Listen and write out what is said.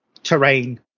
terrain